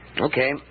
Okay